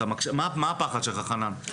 מה הפחד שלך, חנן?